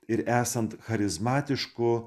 ir esant charizmatišku